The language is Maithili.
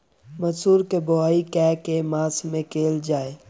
मसूर केँ बोवाई केँ के मास मे कैल जाए?